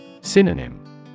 Synonym